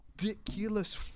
ridiculous